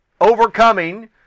overcoming